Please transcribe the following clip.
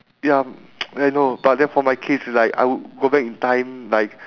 ya I know but then for my case it's like I would go back in time like